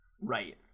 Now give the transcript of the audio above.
right